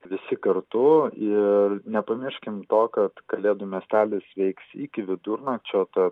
visi kartu ir nepamirškim to kad kalėdų miestelis veiks iki vidurnakčio tad